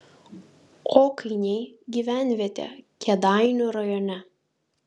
okainiai gyvenvietė kėdainių rajone